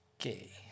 okay